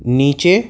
نیچے